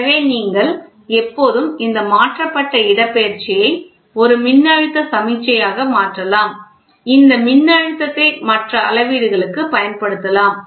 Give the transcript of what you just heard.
எனவே நீங்கள் எப்போதும் இந்த மாற்றப்பட்ட இடப்பெயர்ச்சியை ஒரு மின்னழுத்த சமிக்ஞையாக மாற்றலாம் இந்த மின்னழுத்தத்தை மற்ற அளவீடுகளுக்குப் பயன்படுத்தலாம்